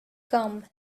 come